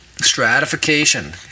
Stratification